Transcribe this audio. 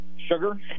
Sugar